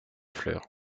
fleurs